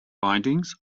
bindings